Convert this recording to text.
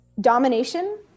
domination